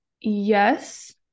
Yes